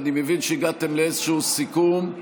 אני מבין שהגעתם לאיזשהו סיכום.